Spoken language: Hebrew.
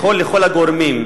לכל הגורמים,